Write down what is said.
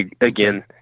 Again